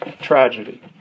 tragedy